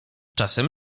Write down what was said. czasem